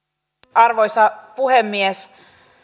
arvoisa puhemies